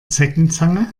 zeckenzange